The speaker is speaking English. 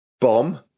bomb